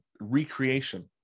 recreation